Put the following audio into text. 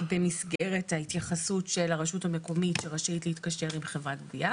במסגרת ההתייחסות של הרשות המקומית שרשאית להתקשר עם חברת גבייה